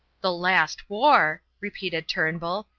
the last war! repeated turnbull,